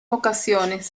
ocasiones